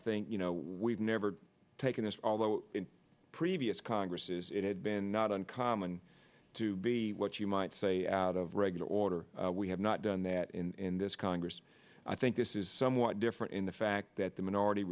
think you know we've never taken this although in previous congresses it had been not uncommon to be what you might say out of regular order we have not done that in this congress i think this is somewhat different in the fact that the minority